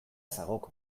zagok